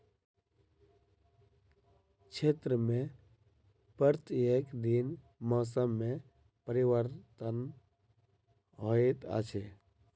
क्षेत्र में प्रत्येक दिन मौसम में परिवर्तन होइत अछि